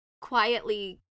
quietly